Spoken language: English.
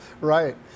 Right